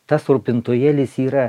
tas rūpintojėlis yra